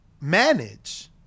manage